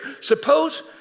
Suppose